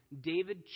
David